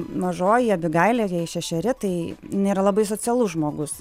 mažoji abigailė jai šešeri tai nėra labai socialus žmogus